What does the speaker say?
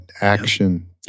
action